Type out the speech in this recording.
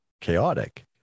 chaotic